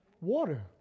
Water